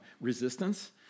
resistance